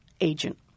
agent